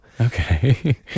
Okay